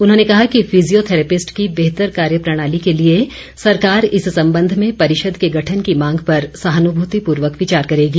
उन्होंने कहा कि फिजियोथैरेपिस्ट की बेहतर कार्य प्रणाली के लिए सरकार इस संबंध में परिषद के गठन की मांग पर सहानुभूतिपूर्वक विचार करेगी